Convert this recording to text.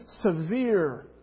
severe